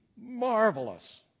marvelous